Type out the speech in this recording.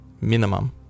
minimum